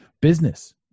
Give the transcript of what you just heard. Business